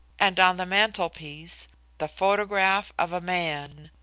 and on the mantelpiece the photograph of a man.